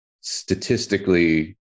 statistically